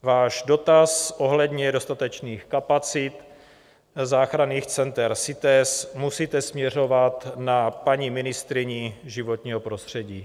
Váš dotaz ohledně dostatečných kapacit záchranných center CITES musíte směřovat na paní ministryni životního prostředí.